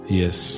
yes